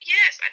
Yes